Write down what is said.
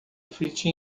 frite